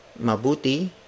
Mabuti